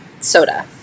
soda